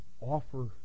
offer